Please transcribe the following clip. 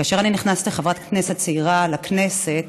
כאשר אני נכנסתי, חברת כנסת צעירה, לכנסת,